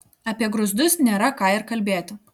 apie grūzdus nėra ką ir kalbėti